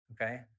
Okay